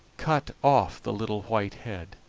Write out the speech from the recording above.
cut off the little white head.